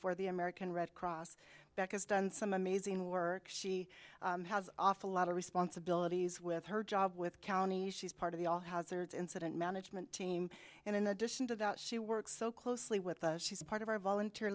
for the american red cross back is done some amazing work she has off a lot of responsibilities with her job with county she's part of the all hazards incident management team and in addition to that she works so closely with the she's part of our volunteer